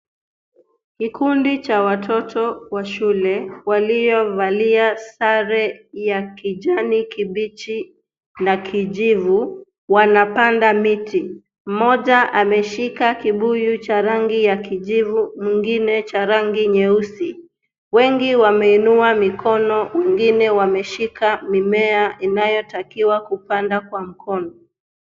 Kikundi cha watoto wa shule waliovalia sare ya kijani kibichi na kijivu wanapanda miti. Mmoja ameshika kibuyu cha rangi ya kijivu, mwingine cha rangi nyeusi. Wengi wameinua mikono, wengine wameshika mimea inayotakiwa kupanda kwa mkono.